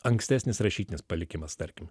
ankstesnis rašytinis palikimas tarkim